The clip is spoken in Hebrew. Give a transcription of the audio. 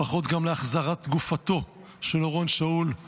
ברכות גם על החזרת גופתו של אורון שאול,